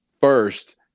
first